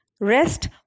rest